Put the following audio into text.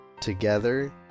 together